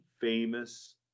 famous